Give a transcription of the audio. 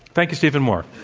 thank you, stephen moore.